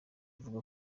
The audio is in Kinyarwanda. avuga